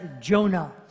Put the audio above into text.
Jonah